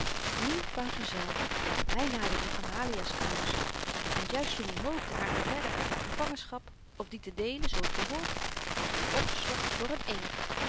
nu wouter zelf hy naderde amalia's kroos en juist toen i hoopte haar te redden uit haar gevangenschap of die te deelen zoo t behoort werd i opgeslokt door n eend